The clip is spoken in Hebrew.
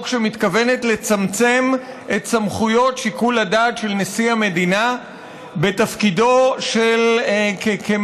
שמתכוונת לצמצם את סמכויות שיקול הדעת של נשיא המדינה בתפקידו כמי